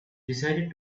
decided